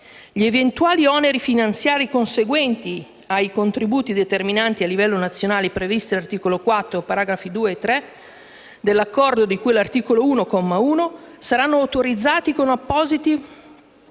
Gli eventuali oneri finanziari conseguenti ai contributi determinati a livello nazionale, previsti dall'articolo 4, paragrafi 2 e 3, dell'Accordo di cui all'articolo 1, saranno autorizzati con appositi